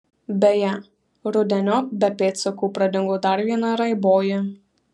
beje rudeniop be pėdsakų pradingo dar viena raiboji